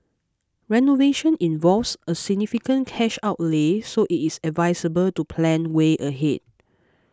renovation involves a significant cash outlay so it is advisable to plan way ahead